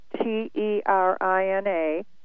T-E-R-I-N-A